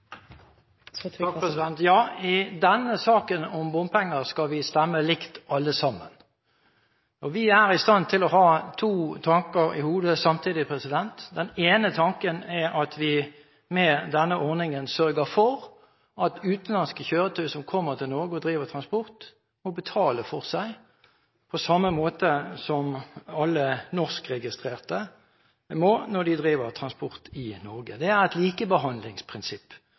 i stand til å ha to tanker i hodet samtidig. Den ene tanken er at vi med denne ordningen sørger for at utenlandske kjøretøy som kommer til Norge og driver transport, må betale for seg på samme måte som alle norskregistrerte må, når de driver transport i Norge. Det er et likebehandlingsprinsipp.